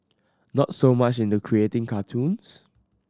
not so much into creating cartoons